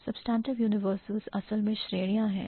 Substantive universals असल में श्रेणियां हैं